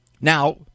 Now